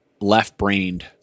left-brained